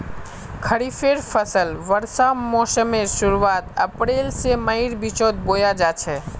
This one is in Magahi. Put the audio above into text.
खरिफेर फसल वर्षा मोसमेर शुरुआत अप्रैल से मईर बिचोत बोया जाछे